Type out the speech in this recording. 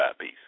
piece